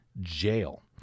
Jail